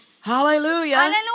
Hallelujah